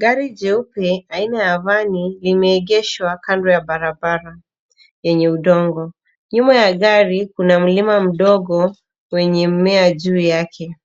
Gari jeupe aina ya vani limeegeshwa kando ya barabara yenye udongo. Nyuma ya gari, kuna mlima mdogo wenye mmea juu yake.